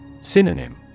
Synonym